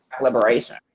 liberation